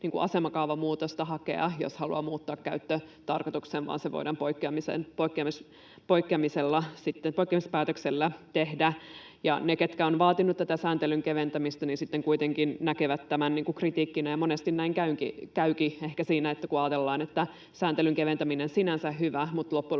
asemakaavamuutosta hakea, jos haluaa muuttaa käyttötarkoituksen, vaan se voidaan poikkeuspäätöksellä tehdä. Ja ne, ketkä ovat vaatineet tätä sääntelyn keventämistä, kuitenkin näkevät tämän kritiikkinä, ja monesti näin käykin ehkä siinä, että kun ajatellaan, että sääntelyn keventäminen on sinänsä hyvä, mutta loppujen